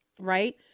right